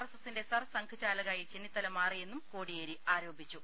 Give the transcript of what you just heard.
എസ്എസ്സിന്റെ സർ സംഘ്ചാലകായി ചെന്നിത്തല മാറിയെന്നും കോടിയേരി ആരോപിച്ചു